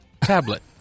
tablet